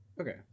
Okay